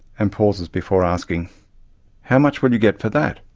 and pauses before asking how much will you get for that?